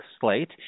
slate